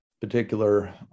particular